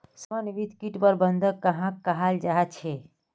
समन्वित किट प्रबंधन कहाक कहाल जाहा झे?